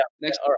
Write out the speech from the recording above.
Next